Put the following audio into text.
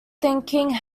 thinking